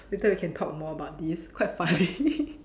later we can talk more about this quite funny